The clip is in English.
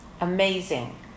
Amazing